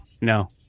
No